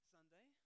Sunday